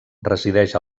resideix